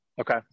Okay